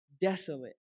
Desolate